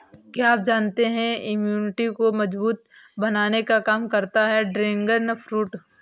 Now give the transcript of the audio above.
क्या आप जानते है इम्यूनिटी को मजबूत बनाने का काम करता है ड्रैगन फ्रूट?